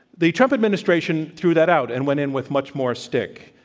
the trump administration threw that out and when in with much more stick.